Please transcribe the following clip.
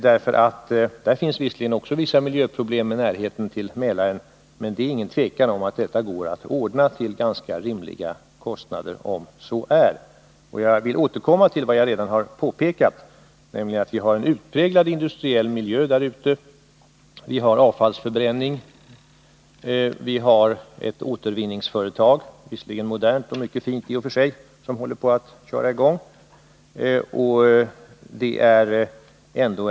Det finns visserligen vissa miljöproblem förknippade även med en mottagningsstation — bl.a. närheten till Mälaren — men det är inget tvivel om att dessa går att lösa till ganska rimliga kostnader. Och jag vill återkomma till vad jag redan har påpekat, nämligen att vi i Lövsta har en utpräglat industriell miljö. Där förekommer avfallsförbränning, och ett återvinningsföretag, i och för sig mycket modernt och fint, skall just köra i gång sin verksamhet.